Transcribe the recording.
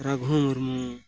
Raghu Murmu